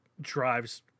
drives